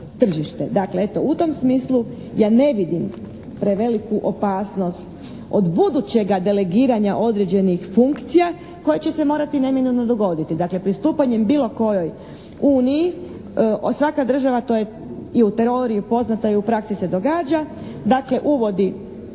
Dakle, eto, u tom smislu ja ne vidim preveliku opasnost od budućega delegiranja određenih funkcija koje će se morati neminovno dogoditi. Dakle, pristupanjem bilo kojoj uniji, svaka država, to je i u teoriji poznato i praksi se događa, dakle, uvodi,